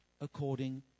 according